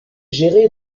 géré